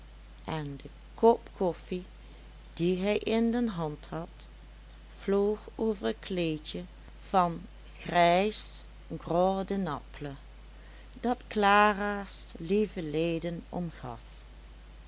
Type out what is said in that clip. en de kop koffie die hij in de hand had vloog over het kleedje van grijs gros de naples dat clara's lieve leden omgaf